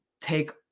take